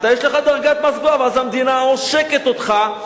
ואז המדינה עושקת אותך,